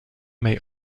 may